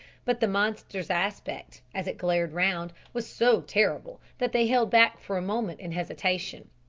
but the monster's aspect, as it glared round, was so terrible that they held back for a moment in hesitation.